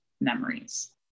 memories